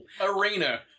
Arena